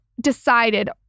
decided